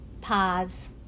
pause